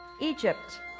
Egypt